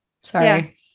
Sorry